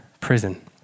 prison